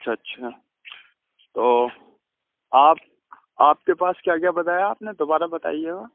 اچھا اچھا تو آپ آپ کے پاس کیا کیا بتایا آپ نے دوبارہ بتائیے گا